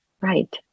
Right